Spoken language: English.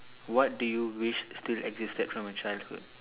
what do you wish still existed from your childhood